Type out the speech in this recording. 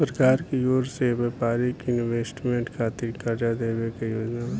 सरकार की ओर से व्यापारिक इन्वेस्टमेंट खातिर कार्जा देवे के योजना बा